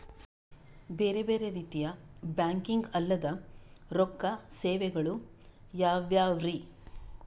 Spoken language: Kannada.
ಬೇರೆ ಬೇರೆ ರೀತಿಯ ಬ್ಯಾಂಕಿಂಗ್ ಅಲ್ಲದ ರೊಕ್ಕ ಸೇವೆಗಳು ಯಾವ್ಯಾವ್ರಿ?